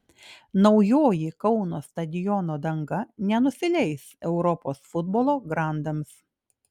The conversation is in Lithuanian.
naujoji kauno stadiono danga nenusileis europos futbolo grandams